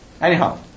Anyhow